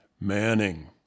manning